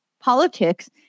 politics